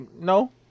no